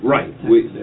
Right